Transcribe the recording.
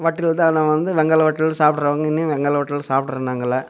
வட்டில்தான் நாங்கள் வந்து வெண்கல வட்டில் சாப்பிட்றவங்க இன்னையும் வெண்கல வட்டில் சாப்பிட்ற நாங்களை